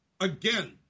again